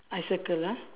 I circle ah